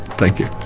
thank you.